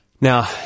now